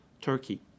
Turkey